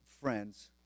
friends